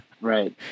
Right